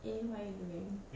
eh what you doing